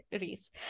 race